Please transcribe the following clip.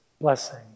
blessing